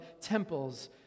temples